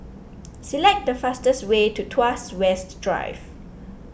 select the fastest way to Tuas West Drive